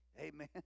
Amen